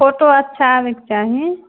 photo अच्छा आबेके चाही